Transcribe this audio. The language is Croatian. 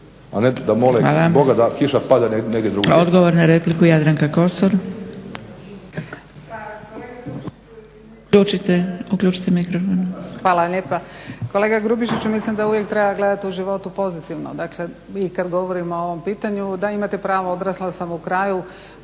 a ne da mole Boga da kiša padne negdje drugdje.